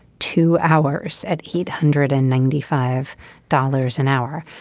two hours at heat hundred and ninety five dollars an hour.